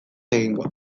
egingo